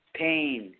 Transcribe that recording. pain